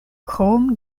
krom